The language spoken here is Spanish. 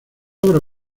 obra